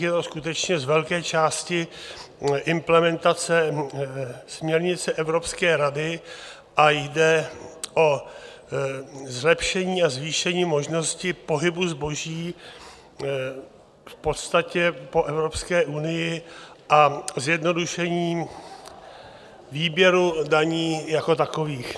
Je to skutečně z velké části implementace směrnice Evropské rady a jde o zlepšení a zvýšení možnosti pohybu zboží v podstatě po Evropské unii a zjednodušení výběru daní jako takových.